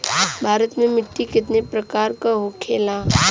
भारत में मिट्टी कितने प्रकार का होखे ला?